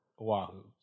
Oahu